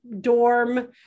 dorm